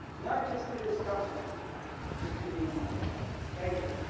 not just to this company but to me and my family. thank you.